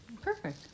Perfect